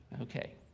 Okay